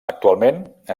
actualment